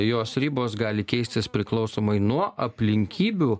jos ribos gali keistis priklausomai nuo aplinkybių